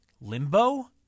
Limbo